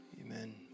Amen